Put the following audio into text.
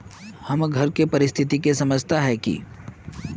हमर घर के परिस्थिति के समझता है की?